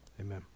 Amen